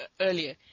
earlier